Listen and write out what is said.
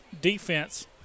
defense